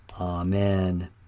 Amen